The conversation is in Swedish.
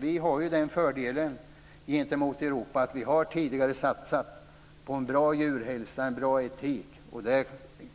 Vi har den fördelen gentemot Europa att vi tidigare har satsat på bra djurhälsa och bra etik. Det